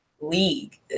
league